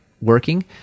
working